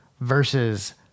versus